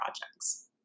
projects